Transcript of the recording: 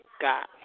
God